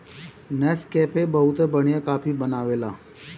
Nescafe बहुते बढ़िया coffee बनावेला